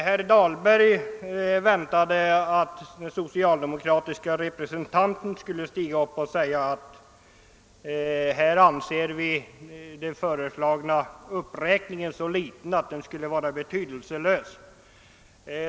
Herr Dahlgren väntade sig att den socialdemokratiske representanten skulle säga att vi anser den föreslagna uppräkningen så liten att den är betydelselös.